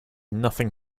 nothing